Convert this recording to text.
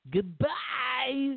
Goodbye